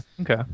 okay